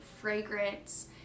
fragrance